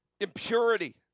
impurity